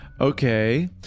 Okay